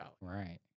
Right